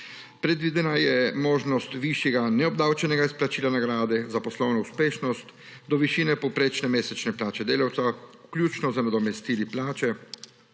Predvidena je možnost višjega neobdavčenega izplačila nagrade za poslovno uspešnost do višine povprečne mesečne plače delavca, vključno z nadomestili plače,